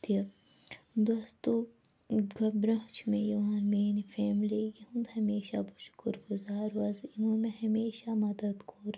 تہِ دوستو برٛۄنٛہہ چھِ مےٚ یِوان میٛانہِ فیملی ہُنٛد ہمیشہ بہٕ شکر گُزار روزٕ یِمو مےٚ ہمیشہ مَدد کوٚر